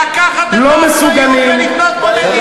וז'בוטינסקי ביקש ממנו לקחת את האחריות ולבנות פה מדינה.